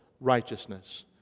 righteousness